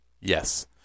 yes